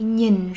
nhìn